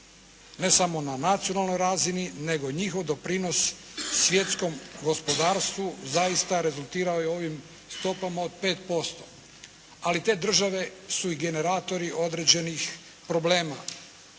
ne samo na nacionalnoj razini nego njihov doprinos svjetskom gospodarstvu zaista rezultirao je ovim stopama od 5%. Ali te države su i generatori određenih problema.